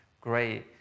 great